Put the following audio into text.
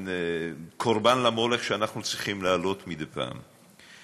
מין קורבן למולך שאנחנו צריכים להעלות מדי פעם.